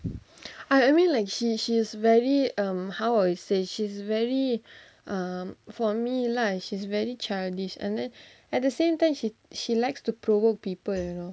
I I mean like she she is very um how will you say she's very err for me lah she is very childish and then at the same time she she likes to provoke people you know